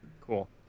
Cool